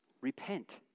Repent